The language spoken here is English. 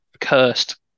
Cursed